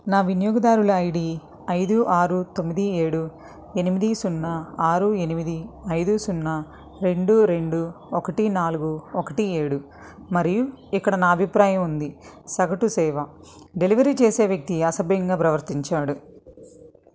నా వినియోగదారుల ఐడి ఐదు ఆరు తొమ్మిది ఏడు ఎనిమిది సున్నా ఆరు ఎనిమిది ఐదు సున్నా రెండు రెండు ఒకటి నాలుగు ఒకటి ఏడు మరియు ఇక్కడ నా అభిప్రాయం ఉంది సగటు సేవ డెలివరీ చేసే వ్యక్తి అసభ్యంగా ప్రవర్తించాడు